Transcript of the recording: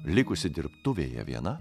likusi dirbtuvėje viena